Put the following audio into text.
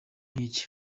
nk’iki